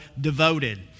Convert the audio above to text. devoted